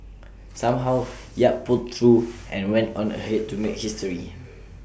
somehow yap pulled through and went on ahead to make history